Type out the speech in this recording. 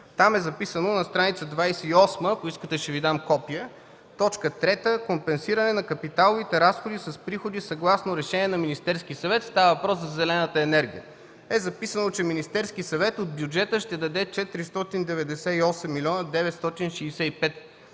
Там е записано на страница 28, ако искате ще Ви дам копие, т. 3 – „Компенсиране на капиталовите разходи с приходи”, съгласно решение на Министерския съвет. Става въпрос за зелената енергия. Записано е, че Министерският съвет от бюджета ще даде 498 млн. 965 хил.